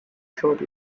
short